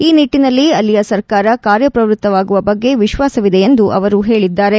ಈ ನಿಟ್ಟನಲ್ಲಿ ಅಲ್ಲಿಯ ಸರ್ಕಾರ ಕಾರ್ಯಪ್ರವೃತ್ತವಾಗುವ ಬಗ್ಗೆ ವಿತ್ವಾಸವಿದೆ ಎಂದು ಹೇಳಿದ್ದಾರೆ